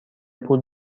پول